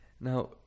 Now